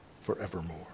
forevermore